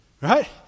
Right